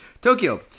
Tokyo